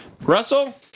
Russell